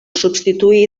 substituí